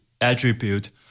attribute